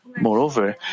Moreover